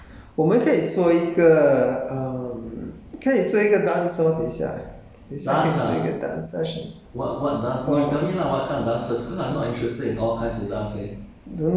um we can 我们可以做一个 um 可以做一个 dance loh 等一下等一下可以做一个 dance session